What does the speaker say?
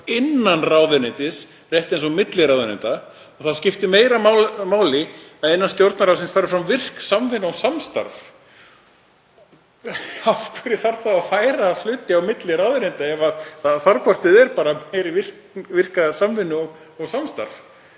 innan ráðuneytis, rétt eins og á milli ráðuneyta, og þá skipti meira máli að innan Stjórnarráðsins fari fram virk samvinna og samstarf. Af hverju þarf þá að færa verkefni á milli ráðuneyta ef það þarf hvort eð er bara virka samvinnu og samstarf.